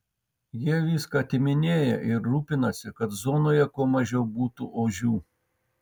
jie viską atiminėja ir rūpinasi kad zonoje kuo mažiau būtų ožių